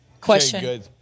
question